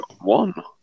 One